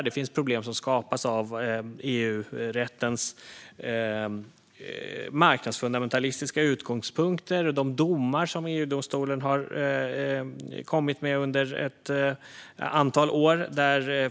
Det finns problem som skapas av EU-rättens marknadsfundamentalistiska utgångspunkter och de domar som EU-domstolen har kommit med under ett antal år.